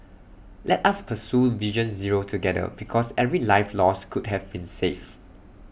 let us pursue vision zero together because every life lost could have been saved